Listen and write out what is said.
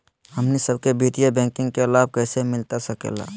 हमनी सबके वित्तीय बैंकिंग के लाभ कैसे मिलता सके ला?